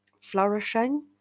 flourishing